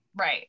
right